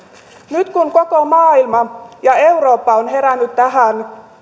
nyt kun koko maailma ja eurooppa on herännyt tähän